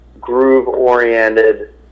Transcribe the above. groove-oriented